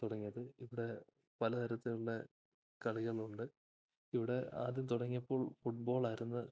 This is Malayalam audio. തുടങ്ങിയത് ഇവിടെ പലതരത്തിലുള്ള കളികളുണ്ട് ഇവിടെ ആദ്യം തുടങ്ങിയപ്പോൾ ഫുട്ബോളായിരുന്നു